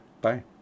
Bye